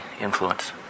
influence